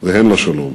והן לשלום.